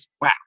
Wow